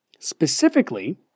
Specifically